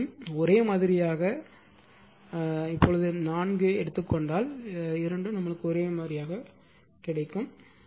இரண்டையும் ஒரே மாதிரியாக 4 எடுத்துக் கொண்டால் இரண்டும் ஒரே மாதிரியாக இருக்கும்